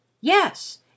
Yes